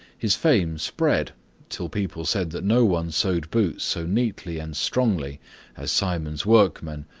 his fame spread till people said that no one sewed boots so neatly and strongly as simon's workman,